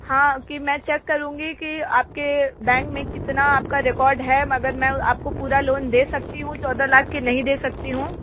हाँ कि मैं चेक करुँगी कि आपके बैंक में कितना आपका रिकॉर्ड है मगर मैं आपको पूरा लोन दे सकती हूँ चौदह लाख की नहीं दे सकती हूँ